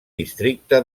districte